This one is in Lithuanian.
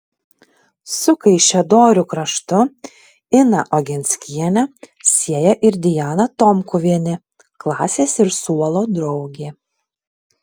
su kaišiadorių kraštu iną ogenskienę sieja ir diana tomkuvienė klasės ir suolo draugė